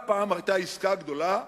פעם היתה עסקה גדולה,